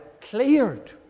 cleared